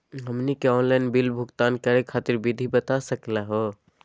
हमनी के online bill भुगतान करे खातीर विधि बता सकलघ हो?